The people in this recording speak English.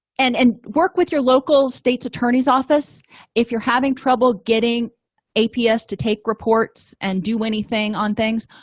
and and work with your local states attorney's office if you're having trouble getting aps to take reports and do anything on things